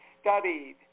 studied